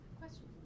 Question